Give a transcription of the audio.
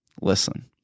Listen